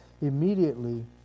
Immediately